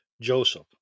Joseph